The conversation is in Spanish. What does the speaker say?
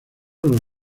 los